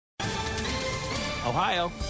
Ohio